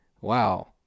wow